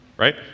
Right